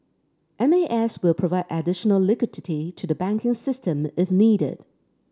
M A S will provide additional liquidity to the banking system if needed